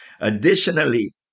Additionally